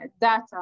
data